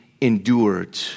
endured